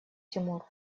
тимур